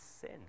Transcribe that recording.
sin